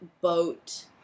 boat